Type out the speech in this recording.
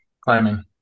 climbing